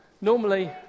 Normally